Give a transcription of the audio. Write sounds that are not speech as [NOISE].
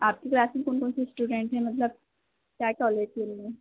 आपकी क्लास में कौन कौन से स्टूडेंट हैं मतलब क्या [UNINTELLIGIBLE] के लिए